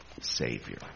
savior